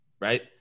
right